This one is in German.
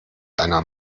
einer